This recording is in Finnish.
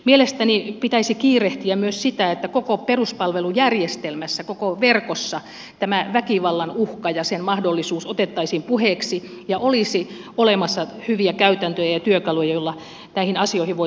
mielestäni pitäisi kiirehtiä myös sitä että koko peruspalvelujärjestelmässä koko verkossa väkivallan uhka ja sen mahdollisuus otettaisiin puheeksi ja olisi olemassa hyviä käytäntöjä ja työkaluja joilla näihin asioihin voitaisiin puuttua